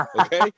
Okay